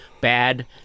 bad